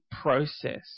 process